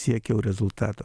siekiau rezultato